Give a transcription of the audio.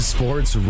Sports